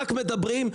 רק מדברים.